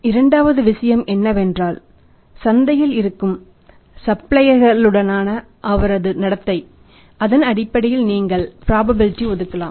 இரண்டாவது விஷயம் என்னவென்றால் சந்தையில் இருக்கும் சப்ளையர்களுடனான அவரது நடத்தை அதன் அடிப்படையில் நீங்கள் ப்ராபபிலிடீ ஒதுக்கலாம்